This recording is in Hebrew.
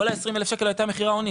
כל ה-20,000 שקל היה מכירה הונית.